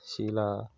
শিলা